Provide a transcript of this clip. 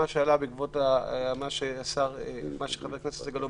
לגבי מה שאמר חבר הכנסת סגלוביץ',